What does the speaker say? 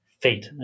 Fate